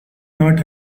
not